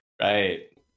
Right